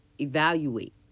evaluate